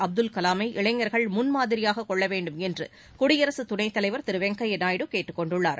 அப்துல் கலாமை இளைஞர்கள் முன்மாதிரியாக கொள்ளவேண்டும் என்று குடியரசு துணைத் தலைவர் திரு வெங்கய்யா நாயுடு கேட்டுக்கொண்டுயள்ளார்